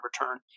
return